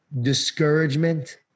discouragement